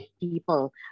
People